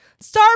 Starbucks